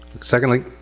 Secondly